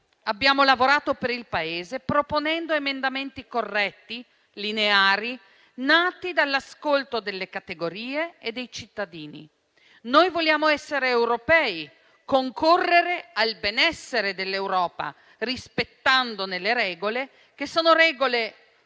abbiamo lavorato per il Paese, proponendo emendamenti corretti e lineari, nati dall'ascolto delle categorie e dei cittadini. Noi vogliamo essere europei e concorrere al benessere dell'Europa rispettandone le regole, che non sono regole